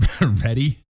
Ready